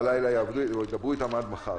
בלילה ידברו איתם עד מחר.